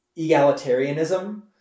egalitarianism